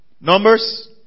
Numbers